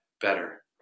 better